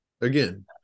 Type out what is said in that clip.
Again